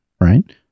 right